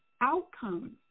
outcomes